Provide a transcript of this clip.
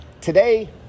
Today